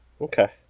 Okay